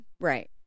Right